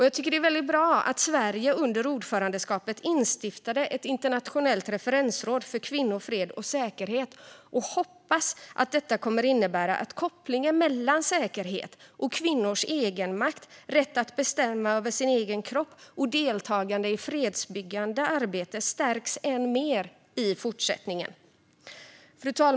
Jag tycker att det var bra att Sverige under ordförandeskapet instiftade ett internationellt referensråd för kvinnor, fred och säkerhet och hoppas att detta kommer att innebära att kopplingen mellan säkerhet och kvinnors egenmakt, rätt att bestämma över sin egen kropp och deltagande i fredsbyggande arbete stärks ännu mer i fortsättningen. Fru talman!